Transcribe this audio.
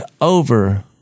over